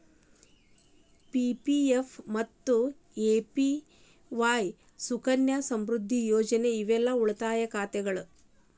PPF ಮತ್ತ APY Sukanya Samriddhi Yojana ಇವೆಲ್ಲಾ ಉಳಿತಾಯ ಖಾತೆಗಳ